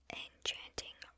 enchanting